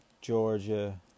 Georgia